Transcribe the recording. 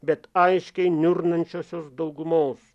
bet aiškiai niurnačisios daugumos